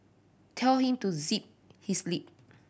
tell him to zip his lip